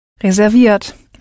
Reserviert